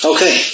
Okay